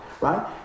right